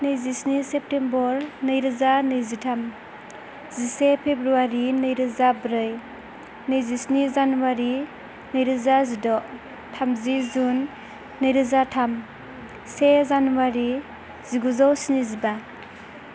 नैजिस्नि सेप्तेम्बर नैरोजा नैजिथाम जिसे फेब्रुवारि नैरोजा नै नैजिस्नि जानुवारि नैरोजा जिद' थामजि जुन नैरोजा थाम से जानुवारि जिगुजौ स्निजिबा